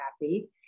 happy